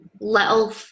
little